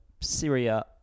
Syria